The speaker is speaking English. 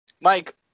Mike